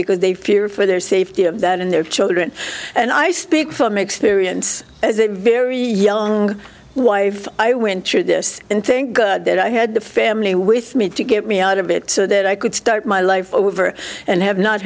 because they fear for their safety of that and their children and i speak from experience as a very young wife i went through this and think that i had the family with me to get me out of it so that i could start my life over and have not